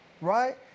right